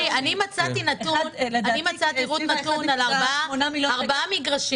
רות, אני מצאתי נתון על ארבעה מגרשים.